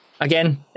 again